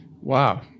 Wow